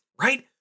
right